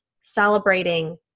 celebrating